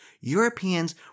Europeans